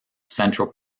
central